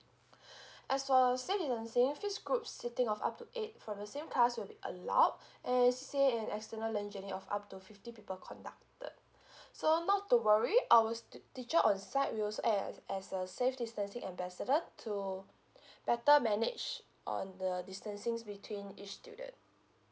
as for seat in the same fixed group seating of up to eight from the same class will be allowed and C_C_A and external learning journey of up to fifty people conducted so not to worry our stu~ teacher onsite will also act as a safe distancing ambassador to better manage on the distancing between each student